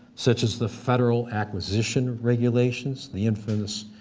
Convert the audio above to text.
such as the federal acquisition regulations, the infamous,